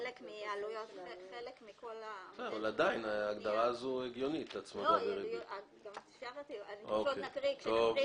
רישום חלוקה או רישום בית